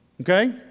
Okay